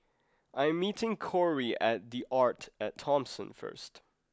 I'm meeting Kory at the Arte at Thomson first